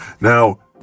Now